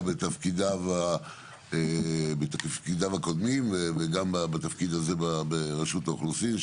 בתפקידיו הקודמים וגם בתפקיד הזה ברשות האוכלוסין.